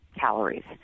calories